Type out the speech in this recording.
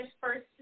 first